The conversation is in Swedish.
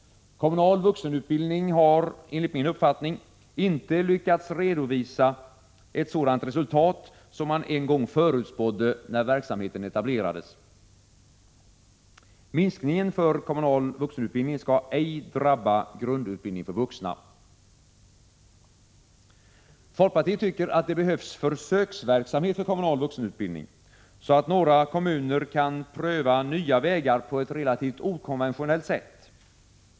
Kommunal vuxenutbildning har — enligt min uppfattning — inte lyckats redovisa ett sådant resultat som man en gång förutspådde när verksamheten etablerades. Minskningen för kommunal vuxenutbildning skall ej drabba grundutbildning för vuxna. Folkpartiet tycker att det behövs en försöksverksamhet för kommunal vuxenutbildning, så att några kommuner kan pröva nya vägar på ett relativt okonventionellt sätt.